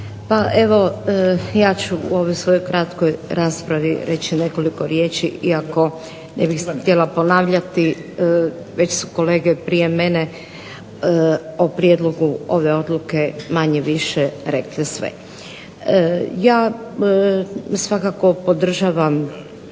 Pa evo ja ću u ovoj svojoj kratkoj raspravi reći nekoliko riječi iako ne bih se htjela ponavljati, već su kolege prije mene o prijedlogu ove odluke manje-više rekli sve. Ja svakako podržavam